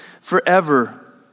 forever